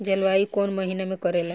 जलवायु कौन महीना में करेला?